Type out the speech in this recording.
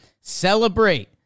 celebrate